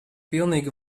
pilnīgi